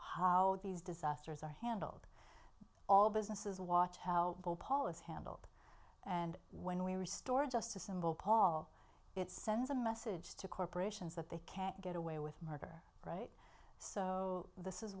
how these disasters are handled all businesses watch how paul is handled and when we restore just a symbol paul it sends a message to corporations that they can't get away with murder so this is